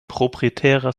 proprietärer